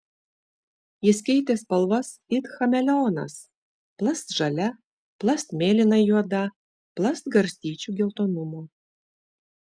jis keitė spalvas it chameleonas plast žalia plast mėlynai juoda plast garstyčių geltonumo